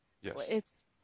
yes